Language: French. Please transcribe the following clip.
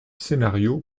scénario